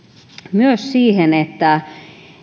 myös siihen että